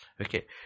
Okay